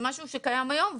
זה משהו שקיים היום,